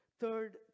third